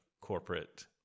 corporate